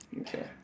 Okay